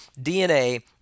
DNA